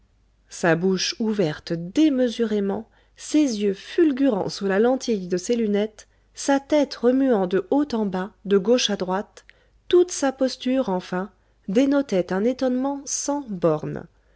sa bouche ouverte démesurément ses yeux fulgurants sous la lentille de ses lunettes sa tête remuant de haut en bas de gauche à droite toute sa posture enfin dénotait un étonnement sans borne